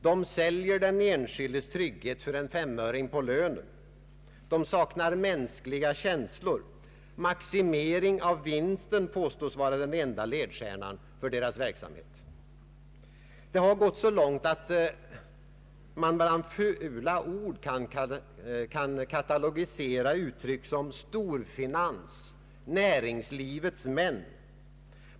”De säljer den enskildes frihet för en femöring på lönen.” ”De saknar mänskliga känslor.” ”Maximering av vinsten” påstås vara den enda ledstjärnan för deras verksamhet. Det har gått så långt att man bland fula ord kan katalogisera uttryck som ”storfinans”, ”näringslivets män”.